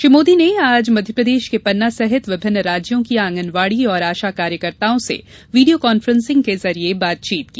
श्री मोदी ने आज मध्यप्रदेश के पन्ना सहित विभिन्न राज्यों की आंगनवाड़ी और आशा कार्यकर्ताओं से वीडियो कॉफ्रेंसिंग के जरिए बातचीत की